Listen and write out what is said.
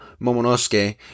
Momonosuke